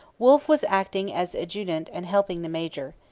wolfe was acting as adjutant and helping the major.